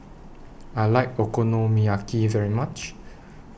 I like Okonomiyaki very much